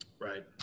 Right